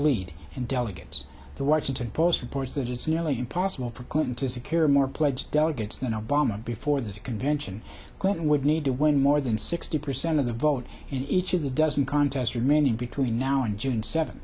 lead in delegates the washington post reports that it's nearly impossible for clinton to secure more pledged delegates than obama before the convention clinton would need to win more than sixty percent of the vote in each of the dozen contests remaining between now and june seventh